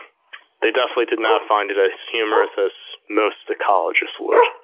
they definitely did not find it as humorous as most ecologists would,